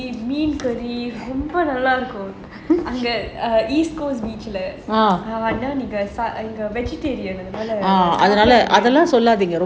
மீன்:meen curry ரொம்ப நல்லா இருக்கு ஆனா நீங்க:romba nallaa irukku antha aanaa neenga